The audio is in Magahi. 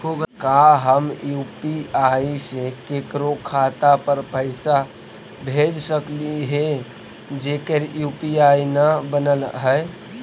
का हम यु.पी.आई से केकरो खाता पर पैसा भेज सकली हे जेकर यु.पी.आई न बनल है?